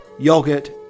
yogurt